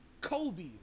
Kobe